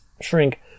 shrink